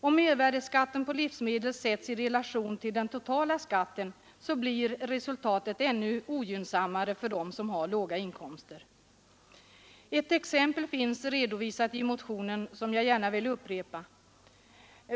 Om mervärdeskatten på livsmedel sätts i relation till den totala skatten blir resultatet ännu ogynnsammare för dem som har låga inkomster. Ett exempel som jag gärna vill upprepa finns redovisat i motionen.